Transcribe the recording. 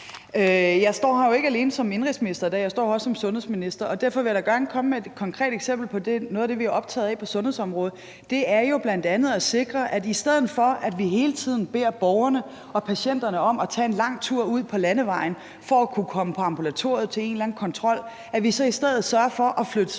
Jeg står her jo ikke alene som indenrigsminister i dag, jeg står her også som sundhedsminister, og derfor vil jeg da gerne komme med et konkret eksempel på noget af det, vi er optaget af på sundhedsområdet. Det er jo bl.a. at sikre, at vi i stedet for hele tiden at bede borgerne og patienterne om at tage en lang tur ud på landevejen for at kunne komme på ambulatoriet til en eller anden kontrol sørger for at flytte